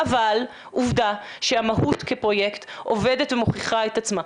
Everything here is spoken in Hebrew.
אבל עובדה שהמהות כפרויקט עובדת ומוכיחה את עצמה,